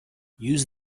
use